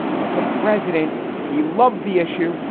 but the president, he loved the issue.